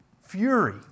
fury